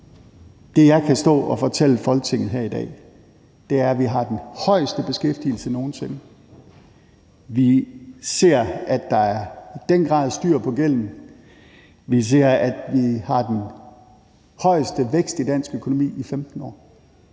Det, jeg kan stå og fortælle Folketinget her i dag, er, at vi har den højeste beskæftigelse nogen sinde, vi ser, at der i den grad er styr på gælden, og vi ser, at vi har den højeste vækst i dansk økonomi i 15 år.